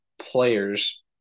players